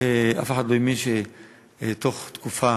אף אחד לא האמין שתוך תקופה